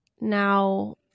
Now